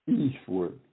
eastward